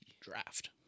Draft